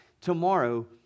tomorrow